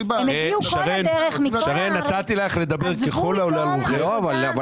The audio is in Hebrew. הגיעו כל הדרך מכל הארץ, עזבו יום עבודה חשוב.